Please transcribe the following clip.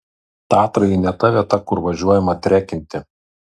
tatrai ne ta vieta kur važiuojama trekinti